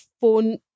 phone